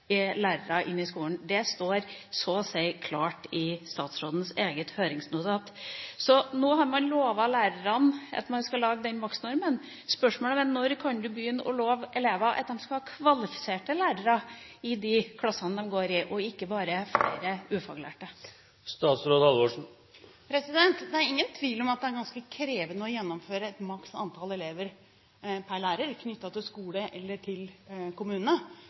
Det står så å si klart i statsrådens eget høringsnotat. Nå har man lovet lærerne at man skal lage den maksnormen. Spørsmålet mitt er: Når kan du begynne å love elevene at de skal ha kvalifiserte lærere i de klassene de går i, og ikke bare flere ufaglærte? Det er ingen tvil om at det er ganske krevende å gjennomføre et maks antall elever per lærer knyttet til skolen eller til kommunene.